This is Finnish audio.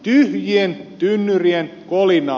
tyhjien tynnyrien kolinaa